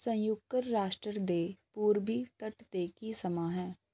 ਸੰਯੁਕਤ ਰਾਸ਼ਟਰ ਦੇ ਪੂੂਰਬੀ ਤੱਟ 'ਤੇ ਕੀ ਸਮਾਂ ਹੈ